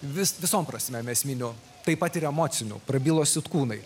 vis visom prasmėm esminiu taip pat ir emociniu prabilo sitkūnai